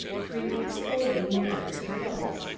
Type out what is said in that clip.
creeping slowly nearer to the boats,